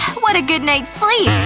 what a good night's sleep!